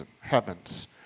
heavens